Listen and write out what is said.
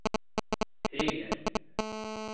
ᱴᱷᱤᱠ ᱜᱮᱭᱟ ᱴᱷᱤᱠ ᱜᱮᱭᱟ